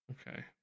Okay